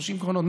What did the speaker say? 30 קרונות,